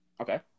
Okay